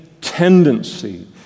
tendency